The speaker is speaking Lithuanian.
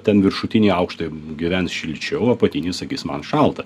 ten viršutiniai aukštai gyvens šilčiau apatiniai sakys man šalta